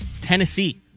Tennessee